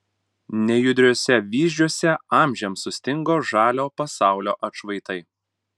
nejudriuose vyzdžiuose amžiams sustingo žalio pasaulio atšvaitai